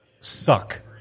suck